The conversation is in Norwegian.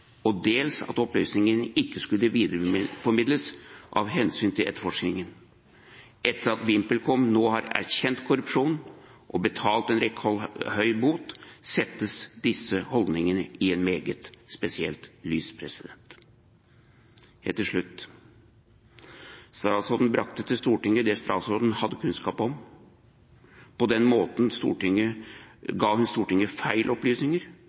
og dels at opplysningene ikke skulle videreformidles av hensyn til etterforskningen. Etter at VimpelCom nå har erkjent korrupsjon og betalt en rekordhøy bot, setter det disse holdningene i et meget spesielt lys. Helt til slutt: Statsråden brakte til Stortinget det som statsråden hadde kunnskap om. På den måten ga hun Stortinget feil opplysninger,